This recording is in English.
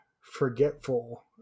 forgetful